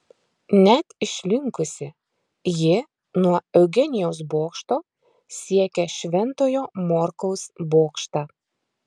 net išlinkusi ji nuo eugenijaus bokšto siekia šventojo morkaus bokštą